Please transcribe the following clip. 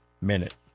minute